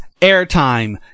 airtime